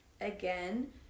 Again